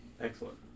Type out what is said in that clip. Excellent